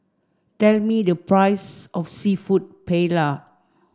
tell me the price of Seafood Paella